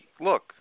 look